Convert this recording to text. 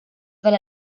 fel